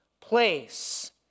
place